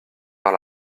vers